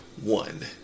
one